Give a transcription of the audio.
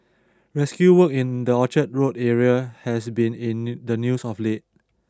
rescue work in the Orchard Road area has been in new the news of late